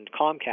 Comcast